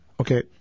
Okay